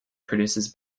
produces